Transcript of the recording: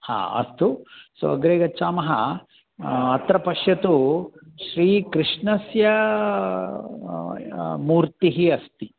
हा अस्तु सो अग्रे गच्छामः अत्र पश्यतु श्रीकृष्णस्य मूर्तिः अस्ति